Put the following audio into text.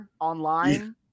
online